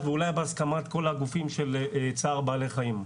ואולי בהסכמת כל הגופים של צער בעלי חיים.